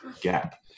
gap